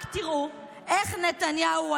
רק תראו איך נתניהו,